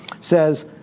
says